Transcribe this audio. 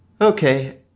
Okay